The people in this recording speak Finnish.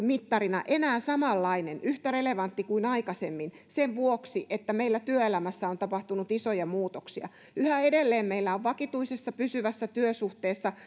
mittarina enää samanlainen yhtä relevantti kuin aikaisemmin sen vuoksi että meillä työelämässä on tapahtunut isoja muutoksia yhä edelleen meillä on vakituisessa pysyvässä työsuhteessa